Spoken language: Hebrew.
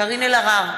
קארין אלהרר,